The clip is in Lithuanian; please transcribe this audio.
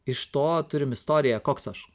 iš to turim istoriją koks aš